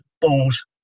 ball's